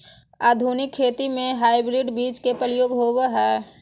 आधुनिक खेती में हाइब्रिड बीज के प्रयोग होबो हइ